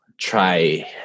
try